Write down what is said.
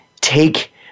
take